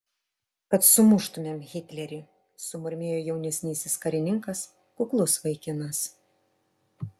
kad sumuštumėm hitlerį sumurmėjo jaunesnysis karininkas kuklus vaikinas